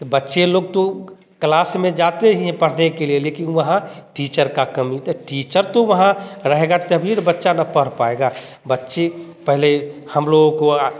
बच्चे लोग तो क्लास में जाते ही पढ़ने के लिए लेकिन वहां टीचर का कमी टीचर वहाँ रहेगा तभी तो बच्चा ना पढ़ पाएगा बच्चे पहले हम लोगों को